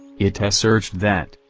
it s urged that,